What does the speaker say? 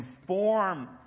inform